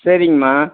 சரிங்கம்மா